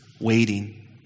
waiting